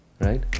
right